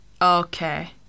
Okay